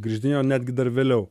grįždinėjo netgi dar vėliau